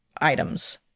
items